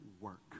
work